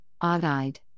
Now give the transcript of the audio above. odd-eyed